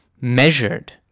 measured